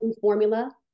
formula